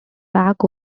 back